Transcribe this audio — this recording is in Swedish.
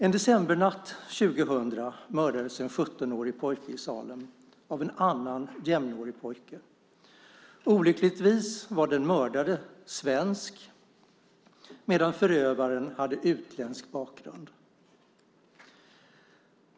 En decembernatt år 2000 mördades en 17-årig pojke i Salem av en annan jämnårig pojke. Olyckligtvis var den mördade svensk medan förövaren hade utländsk bakgrund.